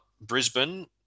Brisbane